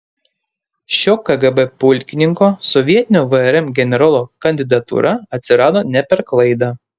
šio kgb pulkininko sovietinio vrm generolo kandidatūra atsirado ne per klaidą